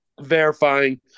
Verifying